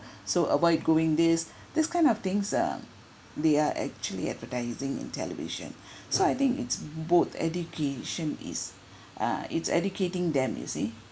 so avoid going this this kind of things um they are actually advertising in television so I think it's both education is uh it's educating them you see